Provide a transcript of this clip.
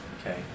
Okay